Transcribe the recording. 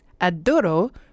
adoro